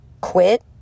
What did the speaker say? quit